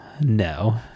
no